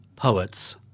Poets